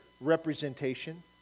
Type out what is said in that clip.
representation